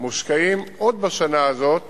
מושקעים עוד בשנה הזאת